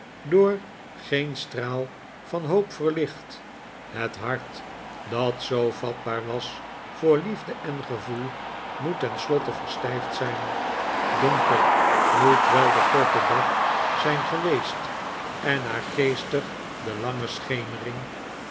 door geen straal van hoop verlicht het hart dat zoo vatbaar was voor liefde en gevoel moet tenslotte verstijfd zijn donker moet wel de korte dag zijn geweest en naargeestig de lange schemering